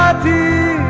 d